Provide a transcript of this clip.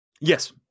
Yes